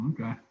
okay